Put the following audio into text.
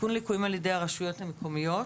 תיקון ליקויים על ידי הרשויות המקומיות.